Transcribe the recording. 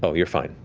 ah you're fine.